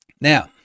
Now